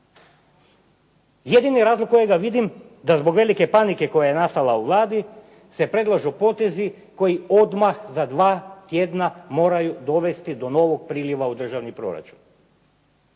Jedini razlog kojega vidimo da zbog velike panike koja je nastala u Vladi se predlažu potezi koji odmah za dva tjedna moraju dovesti do novog priliva u državni proračun,